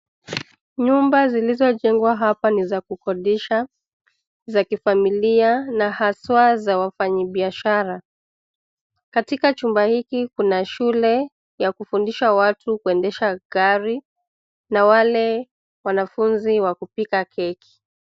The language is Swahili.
Nyumba zilizojengwa hapa ni za kukondisha, za kifamilia na haswa za wafanyibiashara. Katika chumba hiki kuna shule ya kufundisha watu kuendesha gari na wale wanafunzi wa kupika keki.